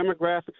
demographics